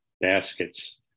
baskets